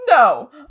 No